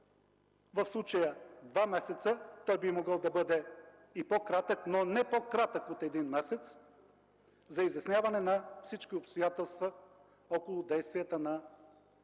в случая два месеца, той би могъл да бъде и по-кратък, но не по-кратък от един месец, за изясняване на всички обстоятелства около действията на